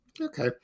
Okay